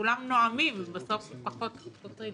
שכולם נואמים ובסוף פחות פותרים.